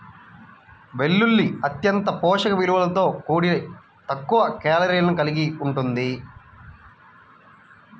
వెల్లుల్లి అత్యంత పోషక విలువలతో కూడి తక్కువ కేలరీలను కలిగి ఉంటుంది